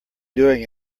doing